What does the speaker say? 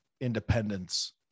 independence